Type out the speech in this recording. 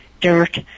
dirt